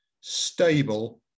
stable